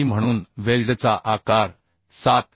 म्हणून वेल्डचा आकार 7 मि